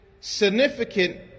significant